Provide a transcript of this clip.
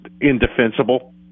indefensible